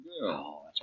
girl